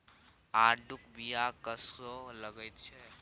आड़ूक बीया कस्सो लगैत छै